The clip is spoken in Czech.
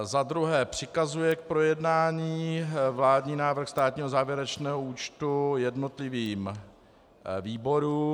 Za druhé přikazuje k projednání vládní návrh státního závěrečného účtu jednotlivým výborům.